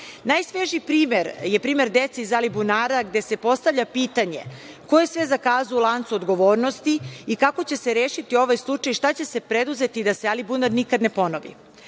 bave. Najsvežiji primer je primer dece iz Alibunara gde se postavlja pitanje – ko je sve zakazao u lancu odgovornosti i kako će se rešiti ovaj slučaj? Šta će se preduzeti da se Alibunar nikad ne ponovi? Država